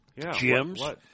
Gyms